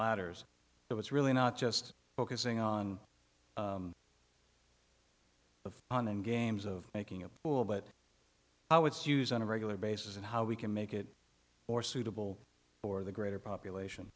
ladders so it's really not just focusing on the on end games of making a pool but how it's use on a regular basis and how we can make it more suitable for the greater population